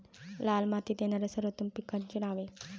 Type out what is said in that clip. लाल मातीत येणाऱ्या सर्वोत्तम पिकांची नावे?